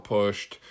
pushed